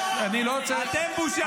את בושה.